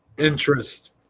Interest